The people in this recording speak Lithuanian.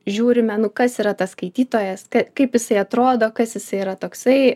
žiūrime nu kas yra tas skaitytojas kaip jisai atrodo kad jisai yra toksai